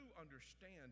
understand